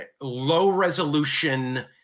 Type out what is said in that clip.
low-resolution